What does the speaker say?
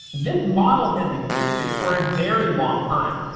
this model has existed for a very long time.